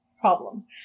problems